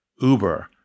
Uber